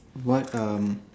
what um